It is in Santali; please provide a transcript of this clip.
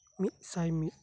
ᱢᱤᱫᱥᱟᱭ ᱢᱤᱫ